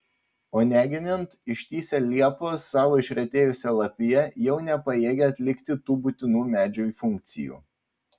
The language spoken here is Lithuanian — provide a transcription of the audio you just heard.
o negenint ištįsę liepos savo išretėjusia lapija jau nepajėgia atlikti tų būtinų medžiui funkcijų